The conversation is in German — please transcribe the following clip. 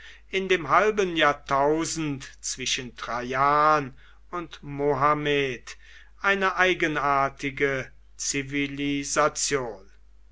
in dem halben jahrtausend zwischen traian und mohammed eine eigenartige